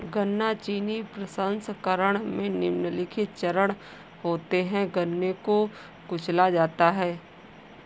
गन्ना चीनी प्रसंस्करण में निम्नलिखित चरण होते है गन्ने को कुचला जाता है